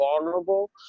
vulnerable